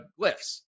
glyphs